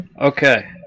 Okay